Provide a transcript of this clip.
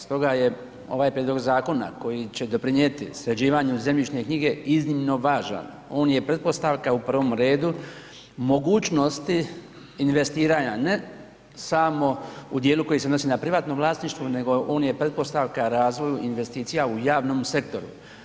Stoga je ovaj prijedlog zakona koji će doprinjeti sređivanju zemljišne knjige iznimno važan, on je pretpostavka u prvom redu mogućnosti investiranja, ne samo u dijelu koji se odnosi na privatno vlasništvu, nego on je pretpostavka razvoju investicija u javnom sektoru.